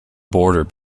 border